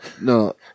no